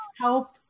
help